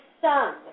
son